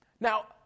Now